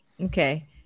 Okay